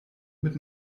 mit